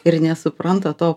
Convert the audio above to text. ir nesupranta to